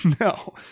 No